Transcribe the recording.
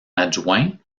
adjoint